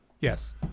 Yes